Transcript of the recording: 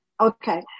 okay